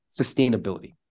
sustainability